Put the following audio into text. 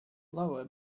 lower